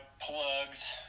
plugs